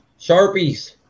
Sharpies